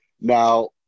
Now